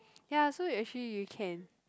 ya so you actually you can